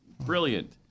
Brilliant